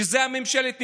שזו ממשלת נתניהו?